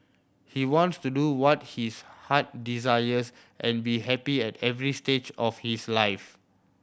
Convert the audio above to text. he wants to do what his heart desires and be happy at every stage of his life